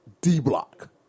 D-Block